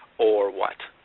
or what?